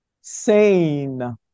sane